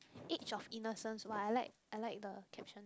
age of innocence !wah! I like I like the caption